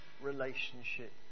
relationship